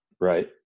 right